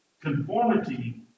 conformity